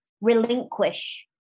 relinquish